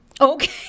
Okay